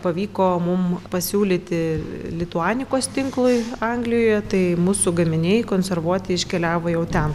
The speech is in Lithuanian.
pavyko mum pasiūlyti lituanikos tinklui anglijoje tai mūsų gaminiai konservuoti iškeliavo jau ten